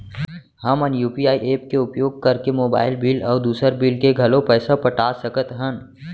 हमन UPI app के उपयोग करके मोबाइल बिल अऊ दुसर बिल के घलो पैसा पटा सकत हन